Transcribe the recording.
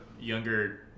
younger